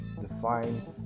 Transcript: define